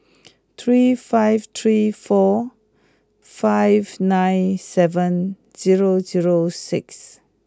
three five three four five nine seven zero zero six